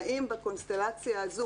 האם בקונסטלציה הזו,